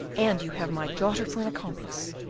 and you have my daughter for an accomplice.